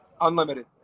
unlimited